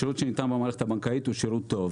השירות שניתן במערכת הבנקאית הוא שירות טוב.